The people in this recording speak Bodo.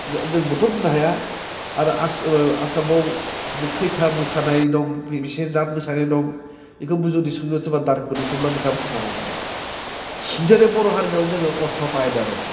जोंबोथ' बुंनो हाया आरो आसामाव खोयथा मोसानाय दं बेसे जाथ मोसानाय दं बेखौबो जुदि सोङो सोरबा दारक'निसाबाबो बिथाङाबो खिथानो हानाय नङा जेरै बर' हारियाव जोङो अथ्र'था आयेन दादों